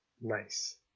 Nice